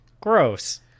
Gross